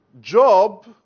job